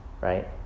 right